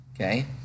okay